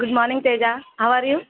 good morning Teja how are you